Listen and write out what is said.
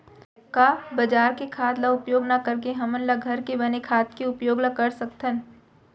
का बजार के खाद ला उपयोग न करके हमन ल घर के बने खाद के उपयोग ल कर सकथन?